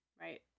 Right